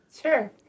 Sure